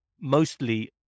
mostly